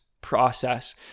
process